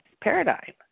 paradigm